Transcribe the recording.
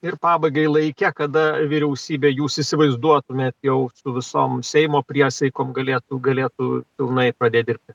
ir pabaigai laike kada vyriausybė jūs įsivaizduotumėt jau visom seimo priesaikom galėtų galėtų pilnai pradėt dirbti